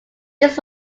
this